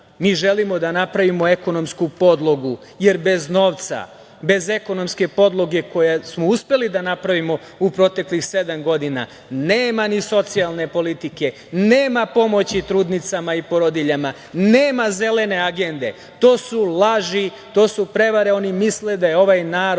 Mi želimo da napravimo ekonomsku podlogu, jer bez novca, bez ekonomske podloge koju smo uspeli da napravimo u proteklih sedam godina, nema ni socijalne politike, nema pomoći trudnicama i porodiljama, nema zelene agende. To su laže, to su prevare. Oni misle da je ovaj narod